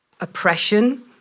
oppression